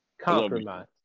Compromise